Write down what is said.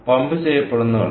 pump ചെയ്യപ്പെടുന്ന വെള്ളം